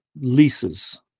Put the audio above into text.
Leases